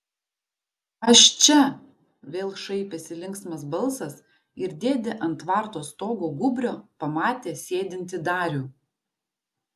aš čia vėl šaipėsi linksmas balsas ir dėdė ant tvarto stogo gūbrio pamatė sėdintį darių